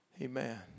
Amen